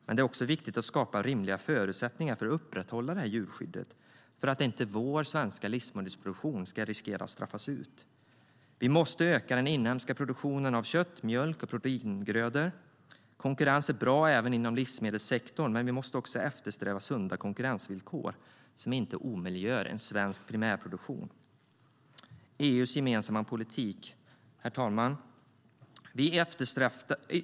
Men det är också viktigt att skapa rimliga förutsättningar för att upprätthålla djurskyddet så att inte vår livsmedelsproduktion ska löpa risk att straffas ut. Herr talman!